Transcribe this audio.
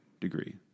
degree